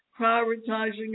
Prioritizing